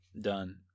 done